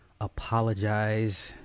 apologize